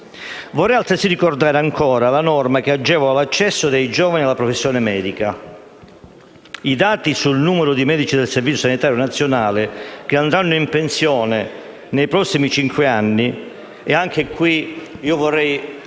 Vorrei altresì ricordare la norma che agevola l'accesso dei giovani alla professione medica. A proposito dei dati sul numero di medici del Servizio sanitario nazionale che andranno in pensione nei prossimi cinque anni, vorrei